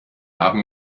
haben